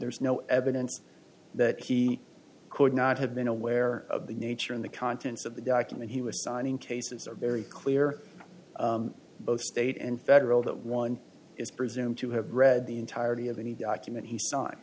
there is no evidence that he could not have been aware of the nature of the contents of the document he was signing cases are very clear both state and federal that one is presumed to have read the entirety of any document he